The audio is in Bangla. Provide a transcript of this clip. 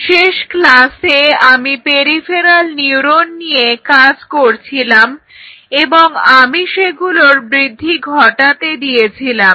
শেষ ক্লাসে আমি পেরিফেরাল নিউরোন নিয়ে কাজ করছিলাম এবং আমি সেগুলোর বৃদ্ধি ঘটাতে দিয়েছিলাম